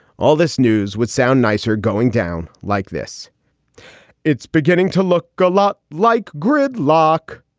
all this news would sound nicer going down like this it's beginning to look a lot like grid lock,